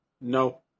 No